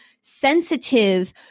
sensitive